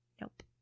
Nope